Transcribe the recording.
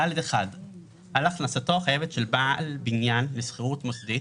"(ד1)על הכנסתו החייבת של בעל בניין לשכירות מוסדית